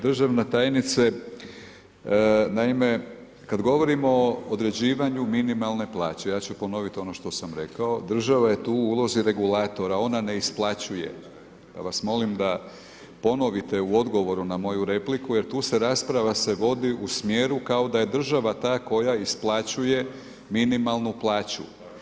Državna tajnice, naime, kada govorimo o određivanju minimalne plaće, ja ću ponoviti ono što sam rekao, država je tu u ulozi regulatora, ona ne isplaćuje, ja vas molim da ponovite u odgovoru na moju repliku jer tu se rasprava se vodi u smjeru kao da je država ta koja isplaćuje minimalnu plaću.